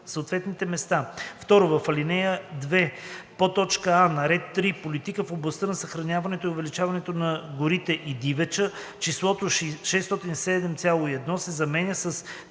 В ал. 2: а) на ред 3 „Политика в областта на съхраняването и увеличаването на горите и дивеча“ числото „607,1“ се заменя с